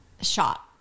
shot